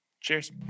Cheers